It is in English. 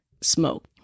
smoke